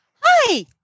Hi